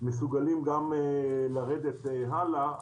מסוגלים גם לרדת הלאה,